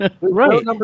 Right